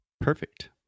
Perfect